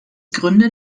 gründe